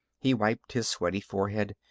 he wiped his sweaty forehead.